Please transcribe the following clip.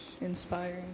inspiring